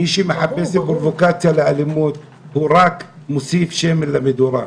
מי שמחפש פרובוקציה לאלימות רק מוסיף שמן למדורה.